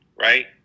Right